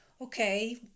okay